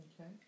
Okay